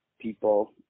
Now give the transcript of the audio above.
people